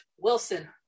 Wilson